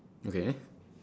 okay